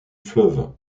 fleuve